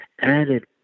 added